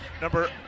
number